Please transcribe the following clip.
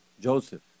Joseph